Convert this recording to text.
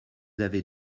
avez